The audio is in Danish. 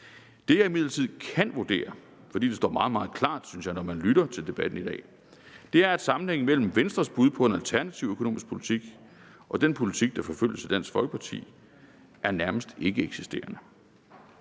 Det, jeg imidlertid kan vurdere – for det står meget, meget klart, synes jeg, når man lytter til debatten i dag – er, at sammenhængen mellem Venstres bud på en alternativ økonomisk politik og den politik, der forfølges af Dansk Folkeparti, er nærmest ikkeeksisterende.